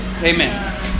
Amen